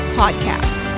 podcast